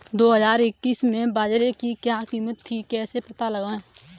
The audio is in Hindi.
दो हज़ार इक्कीस में बाजरे की क्या कीमत थी कैसे पता लगाएँ?